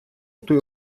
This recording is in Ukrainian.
той